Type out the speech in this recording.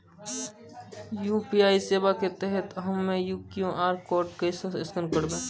UPI सेवा के तहत हम्मय क्यू.आर कोड केना स्कैन करबै?